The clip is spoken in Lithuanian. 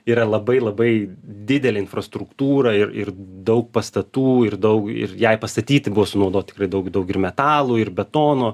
yra labai labai didelė infrastruktūra ir ir daug pastatų ir daug ir jei pastatyti buvo sunaudoti daug daug ir metalų ir betono